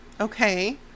Okay